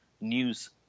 news